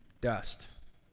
dust